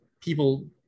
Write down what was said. people